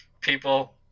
people